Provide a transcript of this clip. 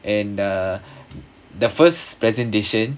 and uh the first presentation